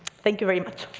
thank you very much.